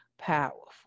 powerful